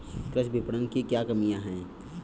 कृषि विपणन की क्या कमियाँ हैं?